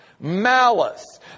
malice